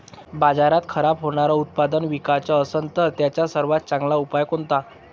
बाजारात खराब होनारं उत्पादन विकाच असन तर त्याचा सर्वात चांगला उपाव कोनता?